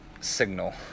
signal